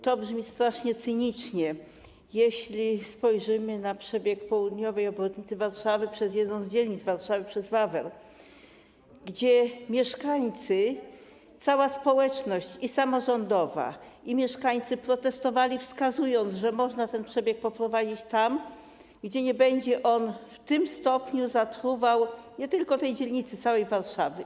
To brzmi strasznie cynicznie, jeśli spojrzymy na przebieg południowej obwodnicy Warszawy przez jedną z dzielnic Warszawy, przez Wawer, gdzie cała społeczność, społeczność samorządowa i mieszkańcy protestowali, wskazując, że można ten przebieg poprowadzić tam, gdzie nie będzie on w tym stopniu zatruwał nie tylko tej dzielnicy, ale też całej Warszawy.